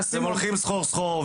אתם הולכים סחור סחור,